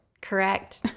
correct